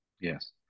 Yes